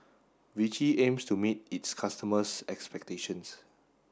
Vichy aims to meet its customers' expectations